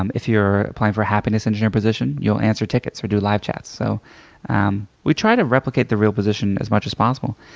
um if you're applying for a happiness engineer position, you'll answer tickets or do live chats. so um we try to replicate the real position as much as possible.